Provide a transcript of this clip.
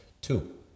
Two